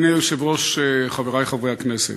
אדוני היושב-ראש, חברי חברי הכנסת,